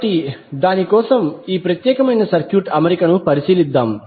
కాబట్టి దాని కోసం ఈ ప్రత్యేకమైన సర్క్యూట్ అమరికను పరిశీలిద్దాం